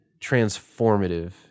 transformative